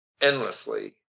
endlessly